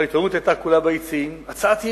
ההתעוררות כולה היתה